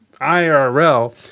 IRL